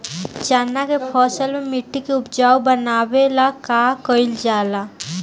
चन्ना के फसल में मिट्टी के उपजाऊ बनावे ला का कइल जाला?